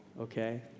okay